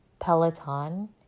Peloton